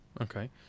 Okay